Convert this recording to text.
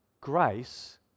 grace